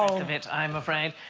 ah bit i'm afraid.